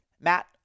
Matt